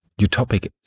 utopic